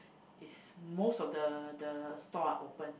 is most of the the stall are opened